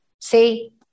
See